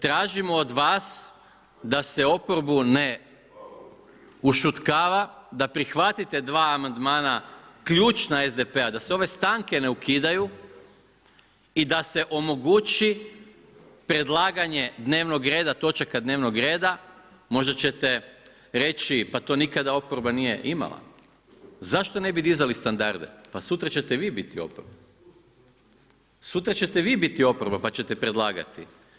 Tražimo od vas da se oporbu ne ušutkava, da prihvatite dva amandmana ključna SDP-a, da se ove stanke ne ukidaju i da se omogući predlaganje dnevnog reda, točaka dnevnog reda, možda ćete reći pa to nikada oporba nije imala, zašto ne bi dizali standarde, pa sutra ćete vi biti oporba, pa ćete predlagati.